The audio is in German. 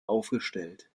aufgestellt